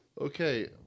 okay